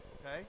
okay